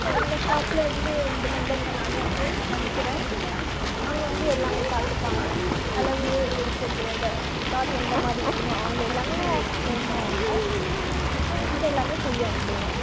இல்லை இந்த ஷாப்பில் இருந்து ரெண்டு மெம்பர்ஸை நானே சேன்னு அனுப்புறேன் அவங்க வந்து எல்லாமே பார்த்துப்பாங்க அளவு எடுக்குறது இதை கிளாத் எந்த மாதி வேணும் அவங்க எல்லாமே உங்களு எக்ஸ்ப்லெய்ன் பண்ணுவாங்க அவங்கிட்ட எல்லாமே சொல்லி அனுப்புங்கள்